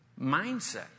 mindset